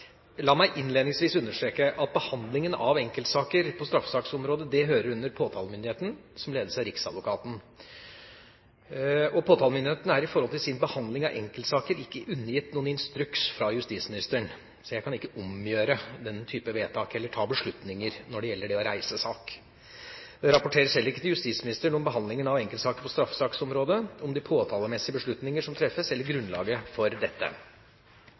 La meg innledningsvis understreke at behandlingen av enkeltsaker på straffesaksområdet hører inn under påtalemyndigheten, som ledes av riksadvokaten. Påtalemyndigheten er i sin behandling av enkeltsaker ikke undergitt noen instruks fra justisministeren, så jeg kan ikke omgjøre den type vedtak eller ta beslutninger når det gjelder det å reise sak. Det rapporteres heller ikke til justisministeren om behandlingen av enkeltsaker på straffesaksområdet, om de påtalemessige beslutninger som treffes, eller grunnlaget for